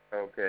Okay